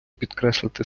підкреслити